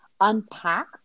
unpack